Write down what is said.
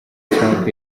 trump